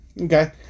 Okay